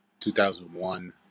2001